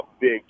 big